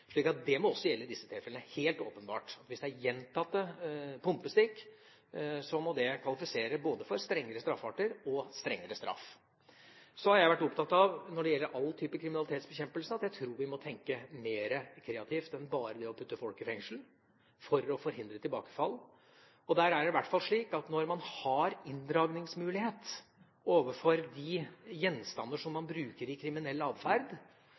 Det må også gjelde i disse tilfellene, helt åpenbart. Hvis det er gjentatte «pumpestikk», må det kvalifisere både for strengere straffearter og strengere straff. Så har jeg vært opptatt av når det gjelder all type kriminalitetsbekjempelse, at vi må tenke mer kreativt enn bare å putte folk i fengsel for å forhindre tilbakefall. Og der er det i hvert fall slik at når man har inndragningsmulighet overfor de gjenstander som man bruker i kriminell atferd,